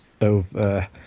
over